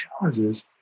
challenges